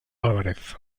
álvarez